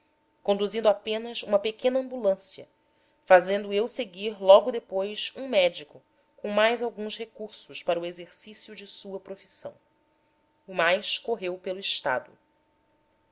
conduzindo apenas uma pequena ambulância fazendo eu seguir logo depois um médico com mais alguns recursos para o exercício de sua profissão o mais correu pelo estado